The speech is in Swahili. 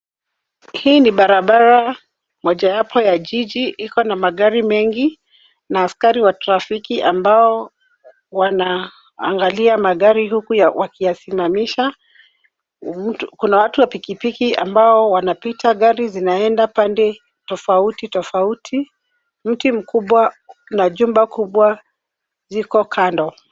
Hii ni barabara mojawapo ya jiji, iko na magari mengi na askari wa trafiki ambao wanaangalia magari huku wakiyasimamisha. Kuna watu wa pikipiki ambao wanapita. Gari zinaenda pande tofauti tofauti. Mti mkubwa na jumba kubwa ziko kando.